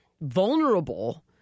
vulnerable